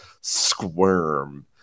squirm